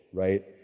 right?